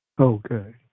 Okay